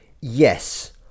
yes